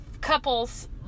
couples